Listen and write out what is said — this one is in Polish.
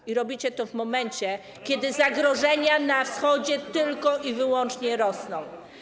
I robicie to w momencie, kiedy zagrożenia na wschodzie tylko i wyłącznie rosną.